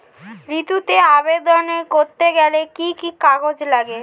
ঋণের আবেদন করতে গেলে কি কি কাগজ লাগে?